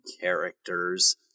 characters